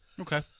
Okay